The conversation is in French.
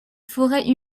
forêts